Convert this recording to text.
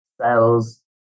cells